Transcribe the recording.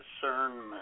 discernment